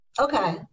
Okay